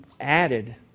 added